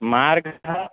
मार्गः